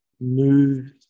move